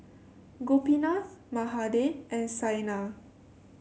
Gopinath Mahade and Saina